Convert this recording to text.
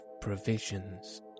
provisions